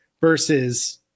versus